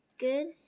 Good